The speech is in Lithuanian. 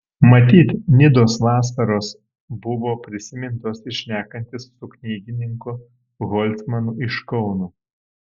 matyt nidos vasaros buvo prisimintos ir šnekantis su knygininku holcmanu iš kauno